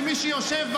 שמי שיש לו יותר